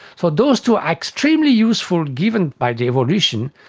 so those two are extremely useful, given by the evolution,